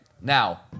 Now